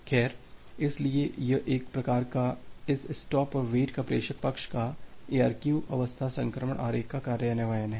खैर इसलिए यह एक प्रकार का इस स्टॉप और वेट का प्रेषक पक्ष का ARQ अवस्था संक्रमण आरेख का कार्यान्वयन है